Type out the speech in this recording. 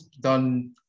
done